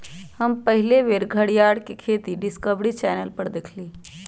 हम पहिल बेर घरीयार के खेती डिस्कवरी चैनल पर देखली